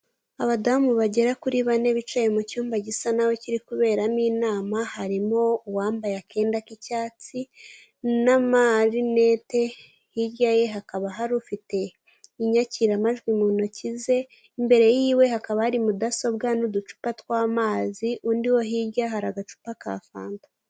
Abadamu bagera kuri bane bicaye mu cyumba gisa n'aho kiri kuberamo inama, harimo uwambaye akenda k'icyatsi n'amarinete, hirya ye hakaba hari ufite inyakiramajwi mu ntoki ze, imbere y'iwe hakaba hari mudasobwa n'uducupa tw'amazi, undi wo hirya hari agacupa ka fanta.